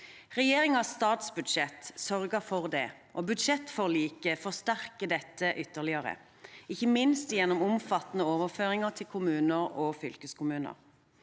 Regjeringens statsbudsjett sørger for det, og budsjettforliket forsterker dette ytterligere – ikke minst gjennom omfattende overføringer til kommuner og fylkeskommuner.